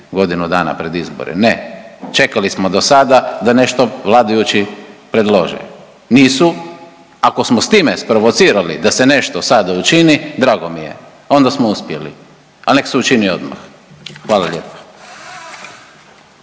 godinu dana pred izbore, ne, čekali smo dosada da nešto vladajući predlože, nisu, ako smo s time sprovocirali da se nešto sad učini drago mi je onda smo uspjeli, al nek se učini odmah. Hvala lijepa.